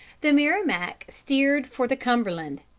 the merrimac steered for the cumberland,